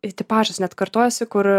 ir tipažas net kartojasi kur